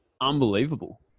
unbelievable